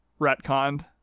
retconned